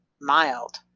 mild